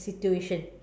situation